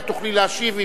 את תוכלי להשיב,